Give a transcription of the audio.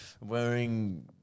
wearing